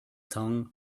tongue